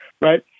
right